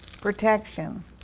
Protection